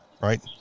right